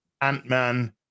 Ant-Man